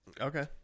okay